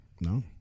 No